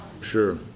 sure